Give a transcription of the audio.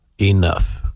Enough